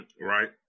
right